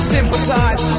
Sympathize